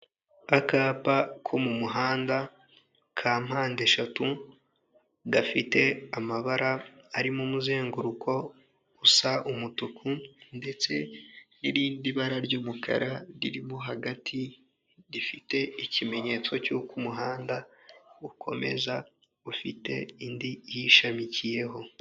Akapa ko mu muhanda ka mpande eshatu, gafite amabara arimo umuzenguruko usa umutuku ndetse n'irindi bara ry'umukara ririmo hagati, rifite ikimenyetso cy'uko umuhanda ukomeza ufite indi iyishamikiyeho.